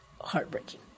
heartbreaking